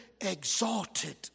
exalted